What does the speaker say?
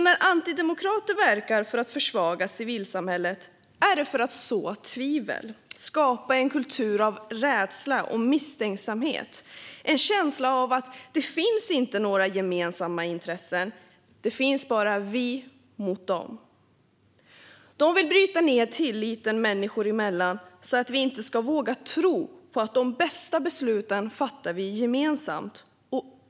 När antidemokrater verkar för att försvaga civilsamhället är det för att så tvivel och skapa en kultur av rädsla och misstänksamhet. De vill skapa en känsla av att det inte finns några gemensamma intressen; det finns bara vi mot dem. De vill bryta ned tilliten människor emellan så att vi inte ska våga tro på att de bästa besluten fattar vi gemensamt.